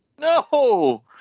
No